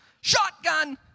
shotgun